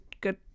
good